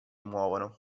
muovono